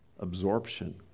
Absorption